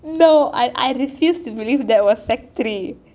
no I I refuse to believe that was sec three